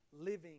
living